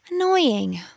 Annoying